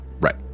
Right